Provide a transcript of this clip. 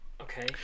okay